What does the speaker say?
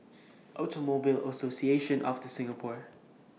Automobile Association of The Singapore